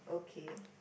okay